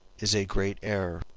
is a great error.